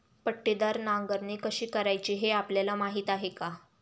पट्टीदार नांगरणी कशी करायची हे आपल्याला माहीत आहे का?